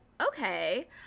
okay